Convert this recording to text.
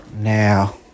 now